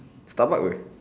Starbucks will